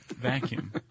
Vacuum